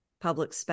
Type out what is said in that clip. public